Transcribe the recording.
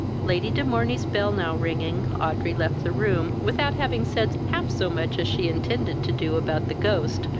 lady de morney's bell now ringing, audrey left the room, without having said half so much as she intended to do about the ghost,